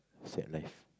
sad life